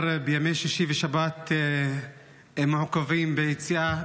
בימי שישי ושבת הם מעוכבים ביציאה,